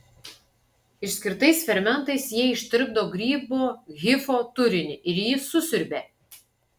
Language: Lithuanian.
išskirtais fermentais jie ištirpdo grybo hifo turinį ir jį susiurbia